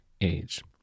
age